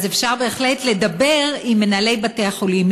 אז אפשר בהחלט לדבר עם מנהלי בתי-החולים,